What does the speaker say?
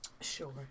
Sure